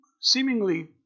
Seemingly